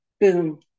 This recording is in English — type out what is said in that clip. boom